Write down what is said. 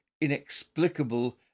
inexplicable